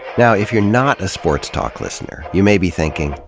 now, if you're not a sports talk listener, you may be thinking,